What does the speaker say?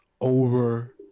over